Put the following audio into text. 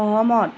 সহমত